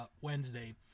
Wednesday